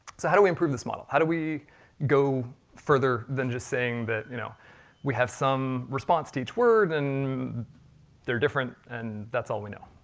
so how do we improve this model? how do we go further than just saying that you know we have some response to each word, then and they're different, and that's all we know.